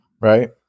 right